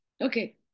okay